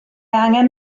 angen